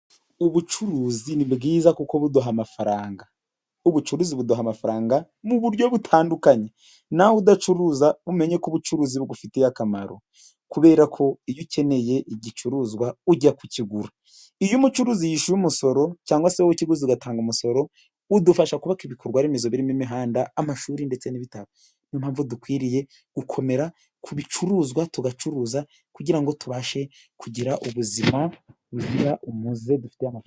Ubucuruzi ni bwiza kuko buduha amafaranga, ubucuruzi buduha amafaranga mu buryo butandukanye, nawe udacuruza umenye ko ubucuruzi bugufitiye akamaro, kubera ko iyo ukeneye igicuruzwa ujya kukigura, iyo umucuruzi yishyuye umusoro cyangwa se wowe ukiguze ugatanga umusoro udufasha kubaka ibikorwaremezo birimo imihanda amashuri ndetse n'ibitaro, ni yo mpamvu dukwiriye gukomera ku bicuruzwa tugacuruza, kugira ngo tubashe kugira ubuzima buzira umuze dufite amafaranga.